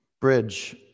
Bridge